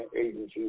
agencies